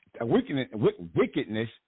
wickedness